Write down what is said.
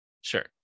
Sure